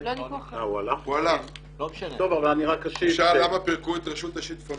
הוא שאל למה פירקו את רשות השיטפונות.